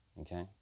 Okay